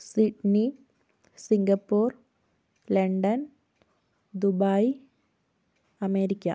Sydney Singapore London Dubai America